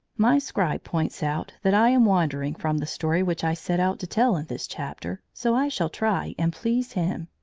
my scribe points out that i am wandering from the story which i set out to tell in this chapter, so i shall try and please him.